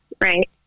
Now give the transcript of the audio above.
right